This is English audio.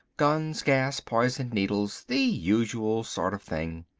guns, gas, poison needles, the usual sort of thing.